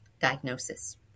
diagnosis